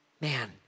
man